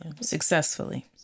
Successfully